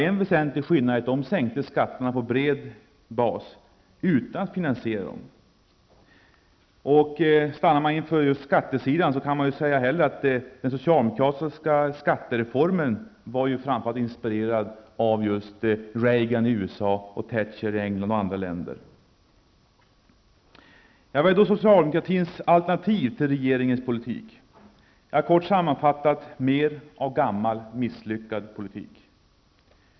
En väsentlig skillnad är att de sänkte skatterna på bred bas utan att finansiera dem. Och man kan säga att den socialdemokratiska skattereformen framför allt var inspirerad av Reagan i USA och Thatcher i Vad är då socialdemokratins alternativ till regeringens politik? Kort sammanfattat: mer av gammal misslyckad politik.